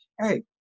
hey